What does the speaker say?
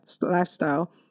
lifestyle